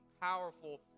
powerful